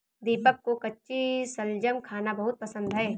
दीपक को कच्ची शलजम खाना बहुत पसंद है